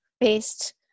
based